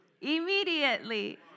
Immediately